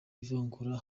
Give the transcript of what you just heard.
ivangura